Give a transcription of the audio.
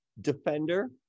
defender